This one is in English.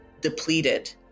depleted